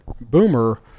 Boomer